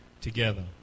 together